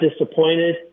disappointed